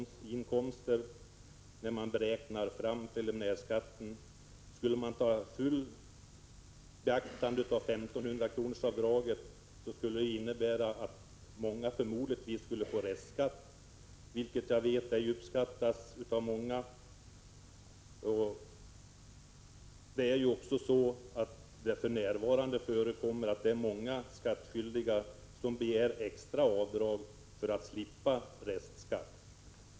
Skulle man helt beakta 1 500-kronorsavdraget, skulle många förmodligen få restskatt, vilket inte uppskattas av de flesta. För närvarande begär många skattskyldiga extra avdrag för att slippa restskatt.